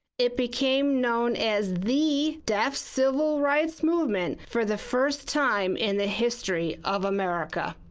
it became known as the deaf civil rights movement for the first time in the history of america.